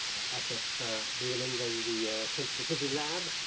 assaf biderman the senseable city lab